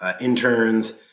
interns